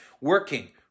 working